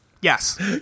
Yes